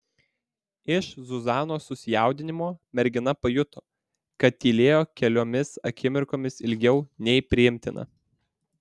iš zuzanos susijaudinimo mergina pajuto kad tylėjo keliomis akimirkomis ilgiau nei priimtina